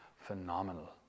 Phenomenal